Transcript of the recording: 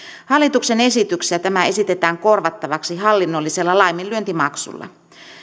hallituksen esityksessä tämä esitetään korvattavaksi hallinnollisella laiminlyöntimaksulla